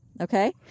Okay